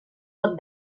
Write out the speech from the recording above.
pot